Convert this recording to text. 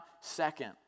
second